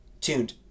tuned